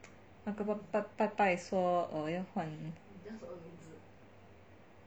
那个拜拜说要换